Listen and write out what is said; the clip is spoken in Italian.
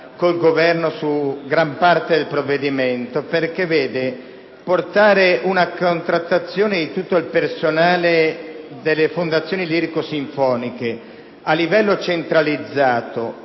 il Governo su gran parte del provvedimento. Portare la contrattazione di tutto il personale delle fondazioni lirico-sinfoniche a livello centralizzato